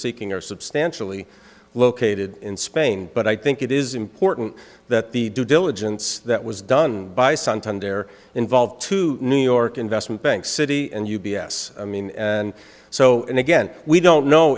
seeking are substantially located in spain but i think it is important that the due diligence that was done by santander involved to new york investment bank city and u b s i mean and so and again we don't know